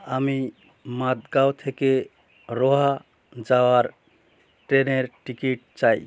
আমি মাদগাঁও থেকে রোহা যাওয়ার ট্রেনের টিকিট চাই